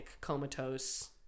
comatose